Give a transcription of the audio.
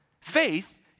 Faith